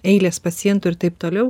eilės pacientų ir taip toliau